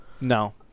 no